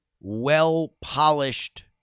well-polished